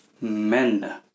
men